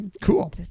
Cool